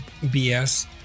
BS